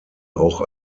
auch